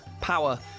power